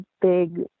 big